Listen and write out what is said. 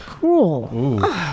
cool